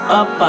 up